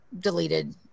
deleted